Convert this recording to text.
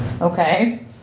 Okay